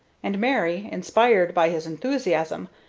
and mary, inspired by his enthusiasm,